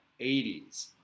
80s